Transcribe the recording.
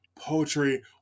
Poetry